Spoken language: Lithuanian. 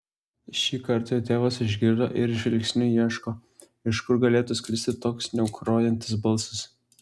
šį kartą jo tėvas išgirdo ir žvilgsniu ieško iš kur galėtų sklisti toks sniaukrojantis balsas